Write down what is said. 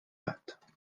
gat